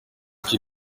kiri